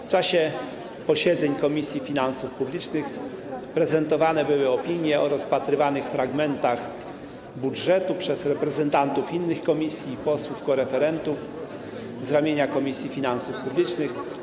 W czasie posiedzeń Komisji Finansów Publicznych prezentowane były opinie dotyczące rozpatrywanych fragmentów budżetu przez reprezentantów innych komisji i posłów koreferentów z ramienia Komisji Finansów Publicznych.